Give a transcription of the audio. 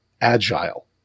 agile